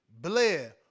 Blair